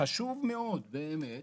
חשוב מאוד באמת